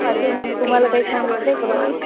अजून तुम्हाला काही सांगितलं आहे का बाकी